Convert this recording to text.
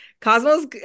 cosmos